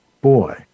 boy